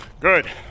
Good